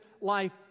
life